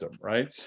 Right